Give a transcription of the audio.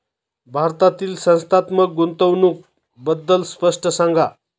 भारतातील संस्थात्मक गुंतवणूक बद्दल स्पष्ट सांगा